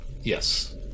Yes